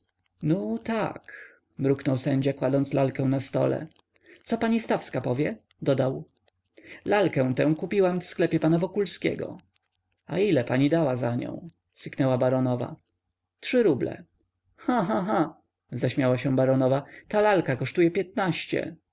nu tak mruknął sędzia kładąc lalkę na stole co pani stawska powie dodał lalkę tę kupiłam w sklepie pana wokulskiego a ile pani dała za nią syknęła baronowa trzy ruble cha cha cha zaśmiała się baronowa ta lalka kosztuje piętnaście